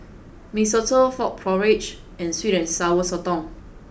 Mee Soto Frog Porridge and sweet and sour sotong